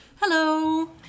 Hello